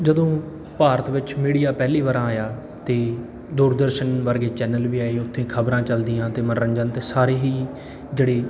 ਜਦੋਂ ਭਾਰਤ ਵਿੱਚ ਮੀਡੀਆ ਪਹਿਲੀ ਵਾਰ ਆਇਆ ਅਤੇ ਦੂਰਦਰਸ਼ਨ ਵਰਗੇ ਚੈਨਲ ਵੀ ਆਏ ਉੱਥੇ ਖ਼ਬਰਾਂ ਚੱਲਦੀਆਂ ਅਤੇ ਮਨੋਰੰਜਨ ਅਤੇ ਸਾਰੇ ਹੀ ਜਿਹੜੇ